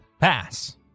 Pass